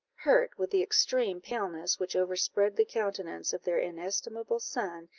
hurt with the extreme paleness which overspread the countenance of their inestimable son,